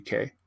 UK